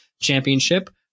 championship